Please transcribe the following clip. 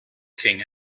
king